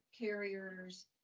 carriers